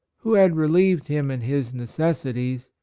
who had relieved him in his necessities,